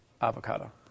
avocado